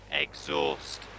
exhaust